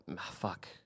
fuck